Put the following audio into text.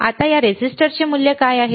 आता या रेझिस्टरचे मूल्य काय आहे